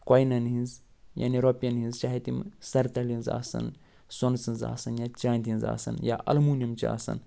کۄینن ہِنٛز یعنی رۄپِین ہِنٛز چاہے تِم سرتَلہِ ہِنٛز آسن سۄنہٕ سٕنٛز آسن یا چانٛدِ ہٕنٛز آسن یا الموٗنِیمچہِ آسن